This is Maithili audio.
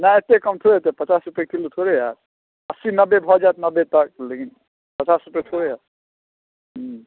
नहि एतेक कम थोड़े हेतै पचास रुपैए किलो थोड़े हैत अस्सी नब्बे भऽ जाएत नब्बे तक लेकिन पचास रुपैए थोड़े हम्म